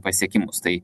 pasiekimus tai